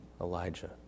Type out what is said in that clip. Elijah